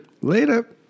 Later